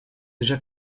déjà